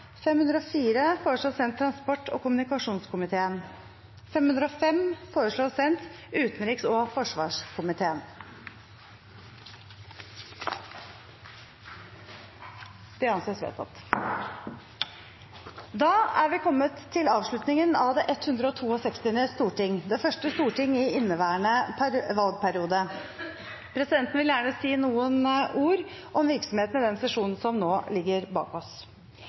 Andre forslag foreligger ikke, og presidenten antar at det kan voteres på vanlig måte. Da er vi kommet til avslutningen av det 162. storting – det første storting i inneværende valgperiode. Presidenten vil gjerne si noen ord om virksomheten i den sesjonen som nå ligger bak